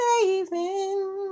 saving